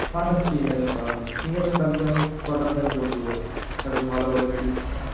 আচ্ছা ঠিক আছে তাহলে ঠিক আছে কালকে আমি ছটার ধারে পৌঁছিয়ে যাব একটু ভালোভাবে রেডি থাকবেন